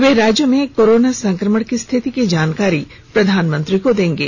वे राज्य में कोरोना संकमण की स्थिति की जानकारी प्रधानमंत्री को देंगे